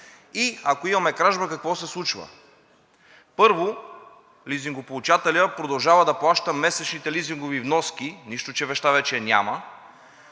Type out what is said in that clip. И ако имаме кражба, какво се случва? Първо, лизингополучателят продължава да плаща месечните лизингови вноски, нищо, че вещта вече я няма,